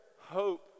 hope